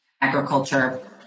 agriculture